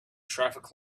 traffic